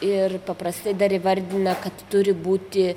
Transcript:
ir paprastai dar įvardina kad turi būti